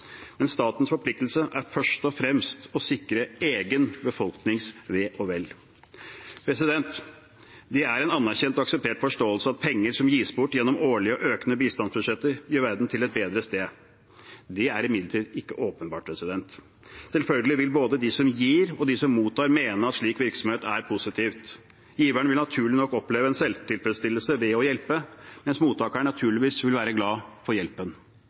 Men statens forpliktelse er først og fremst å sikre egen befolknings ve og vel. Det er en anerkjent og akseptert forståelse at penger som gis bort gjennom årlige og økende bistandsbudsjetter, gjør verden til et bedre sted. Det er imidlertid ikke åpenbart. Selvfølgelig vil både de som gir og de som mottar mene at slik virksomhet er positivt. Giveren vil naturlig nok oppleve en selvtilfredsstillelse ved å hjelpe, mens mottakeren naturligvis vil være glad for hjelpen.